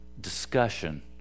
discussion